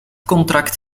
contract